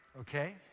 okay